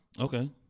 Okay